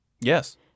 Yes